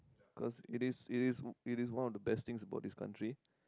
cause it is it is it is one of the best thing about this country